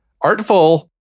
artful